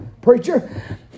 Preacher